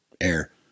air